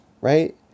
right